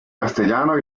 castellano